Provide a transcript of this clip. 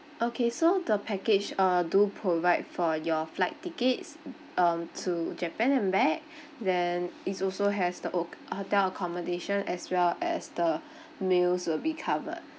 okay so the package uh do provide for your flight tickets um to japan and back then is also has the o~ hotel accommodation as well as the meals will be covered